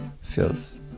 feels